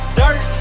dirt